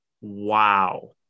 Wow